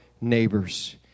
neighbors